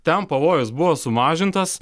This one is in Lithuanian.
ten pavojus buvo sumažintas